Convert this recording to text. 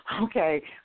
okay